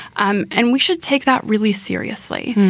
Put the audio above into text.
um and we should take that really seriously.